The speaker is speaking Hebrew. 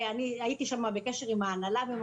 ואני הייתי בקשר עם ההנהלה שם,